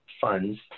funds